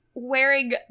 Wearing